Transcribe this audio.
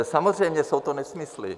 Samozřejmě jsou to nesmysly.